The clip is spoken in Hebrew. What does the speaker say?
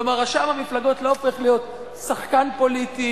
כלומר, רשם המפלגות לא הופך להיות שחקן פוליטי.